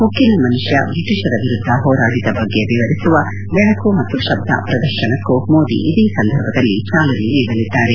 ಉಕ್ಕಿನ ಮನುಷ್ಯ ಬ್ರಿಟಿಷರ ವಿರುದ್ದ ಹೋರಾಡಿದ ಬಗೆ ವಿವರಿಸುವ ಬೆಳಕು ಮತ್ತು ಶಬ್ದ ಪ್ರದರ್ಶನಕ್ಕೂ ಮೋದಿ ಇದೇ ಸಂದರ್ಭದಲ್ಲಿ ಜಾಲನೆ ನೀಡಲಿದ್ದಾರೆ